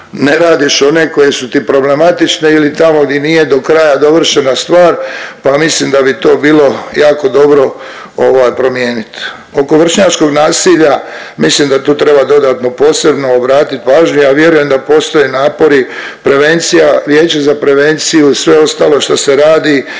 ne radiš one koje su ti problematične ili tamo di nije do kraja dovršena stvar pa mislim da bi to bilo jako dobro promijenit. Oko vršnjačkog nasilja, mislim da tu treba dodatno posebno obratit pažnju. Ja vjerujem da postoje napori prevencija, Vijeće za prevenciju, sve ostalo šta se radi